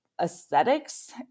aesthetics